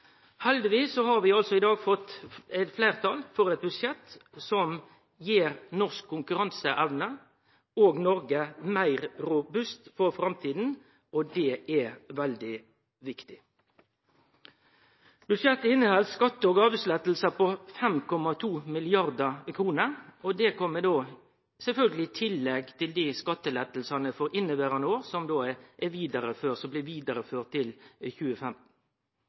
Heldigvis er det altså i dag fleirtal for eit budsjett som gjer norsk konkurranseevne og Noreg meir robust for framtida, og det er veldig viktig. Budsjettet inneheld skatte- og avgiftslettar på 5,2 mrd. kr, og det kjem sjølvsagt i tillegg til dei skattelettane for inneverande år som blir førte vidare til 2015.